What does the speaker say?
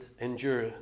endure